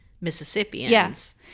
Mississippians